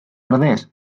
ordez